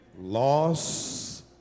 Loss